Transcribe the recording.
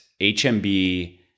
HMB